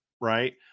right